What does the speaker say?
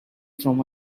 from